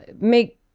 make